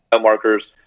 markers